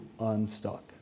unstuck